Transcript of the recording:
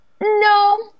No